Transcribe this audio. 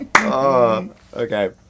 okay